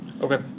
Okay